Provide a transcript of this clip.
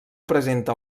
presenta